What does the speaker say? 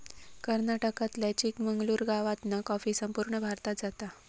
कर्नाटकातल्या चिकमंगलूर गावातना कॉफी संपूर्ण भारतात जाता